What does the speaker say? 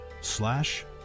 slash